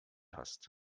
hast